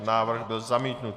Návrh byl zamítnut.